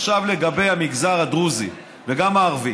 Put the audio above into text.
עכשיו לגבי המגזר הדרוזי, וגם הערבי.